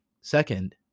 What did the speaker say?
Second